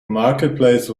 marketplace